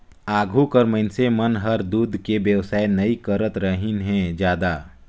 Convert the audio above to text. आघु कर मइनसे मन हर दूद के बेवसाय नई करतरहिन हें जादा